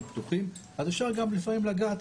אני פשוט מנסה להבין, השקעה מול תועלת.